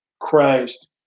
Christ